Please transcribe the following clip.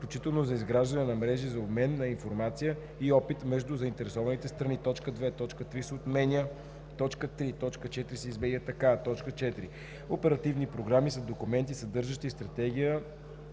включително за изграждане на мрежи за обмен на информация и опит между заинтересованите страни.“ 2. Точка 3 се отменя. 3. Точка 4 се изменя така: „4. „Оперативни програми“ са документи, съдържащи стратегията